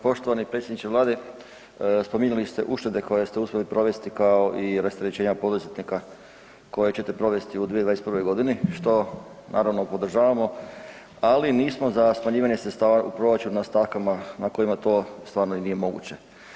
Poštovani predsjedniče vlade, spominjali ste uštede koje ste uspjeli provesti, kao i rasterećenja poduzetnika koja ćete provesti u 2021.g., što naravno podržavamo, ali nismo za smanjivanje sredstava u proračunu na stavkama na kojima to stvarno i nije moguće.